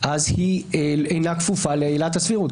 היא אינה כפופה לעילת הסבירות.